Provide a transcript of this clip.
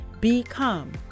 Become